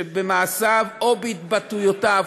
שבמעשיו או בהתבטאויותיו,